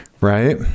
Right